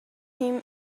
him